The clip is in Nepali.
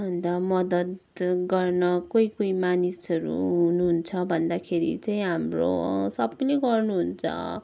अन्त मद्दत गर्न कोही कोही मानिसहरू हुनुहुन्छ भन्दाखेरि चाहिँ हाम्रो सबैले गर्नुहुन्छ